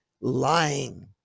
lying